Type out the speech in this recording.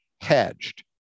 hedged